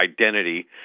identity